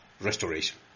Restoration